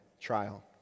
trial